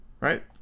Right